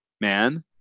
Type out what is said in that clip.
man